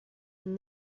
and